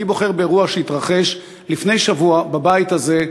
אני בוחר באירוע שהתרחש לפני שבוע בבית הזה,